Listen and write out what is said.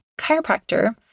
chiropractor